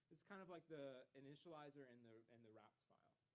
it's kind of like the initializer and the and the rapid file.